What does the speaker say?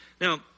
Now